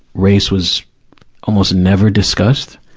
race was almost never discussed.